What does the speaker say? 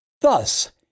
Thus